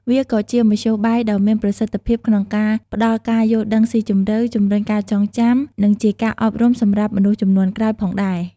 វាក៏ជាមធ្យោបាយដ៏មានប្រសិទ្ធភាពក្នុងការផ្តល់ការយល់ដឹងស៊ីជម្រៅ ជំរុញការចងចាំ និងជាការអប់រំសម្រាប់មនុស្សជំនាន់ក្រោយផងដែរ។